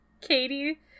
Katie